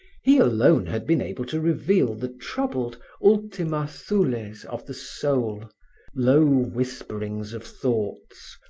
he alone had been able to reveal the troubled ultima thules of the soul low whisperings of thoughts,